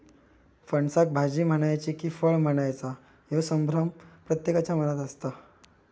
फणसाक भाजी म्हणायची कि फळ म्हणायचा ह्यो संभ्रम प्रत्येकाच्या मनात असता